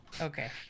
Okay